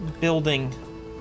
building